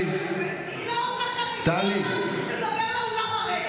אם היא לא רוצה שאני אשמע אותה, שתדבר לאולם הריק.